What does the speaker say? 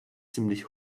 ziemlich